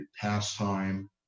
pastime